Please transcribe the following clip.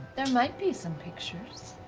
there might be some pictures.